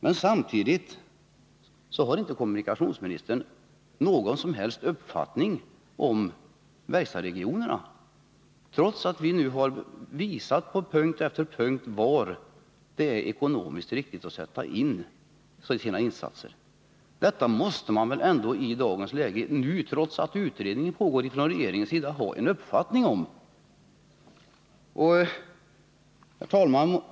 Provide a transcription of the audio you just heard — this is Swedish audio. Men samtidigt har inte kommunikationsministern någon som helst uppfattning om verkstadsregionerna, trots att vi på punkt efter punkt har visat var det är ekonomiskt riktigt att sätta in insatserna där. Trots att en utredning pågår inom SJ måste man ha en uppfattning om detta. Herr talman!